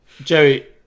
Jerry